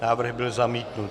Návrh byl zamítnut.